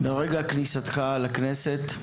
מרגע כניסתך לכנסת,